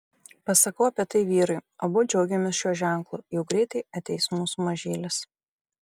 pasakau apie tai vyrui abu džiaugiamės šiuo ženklu jau greitai ateis mūsų mažylis